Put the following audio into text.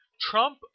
Trump